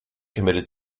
committed